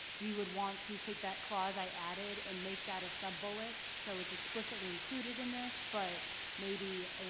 we would want to take that clause i added and make that a sub-bullet so it's explicitly included in this, but maybe,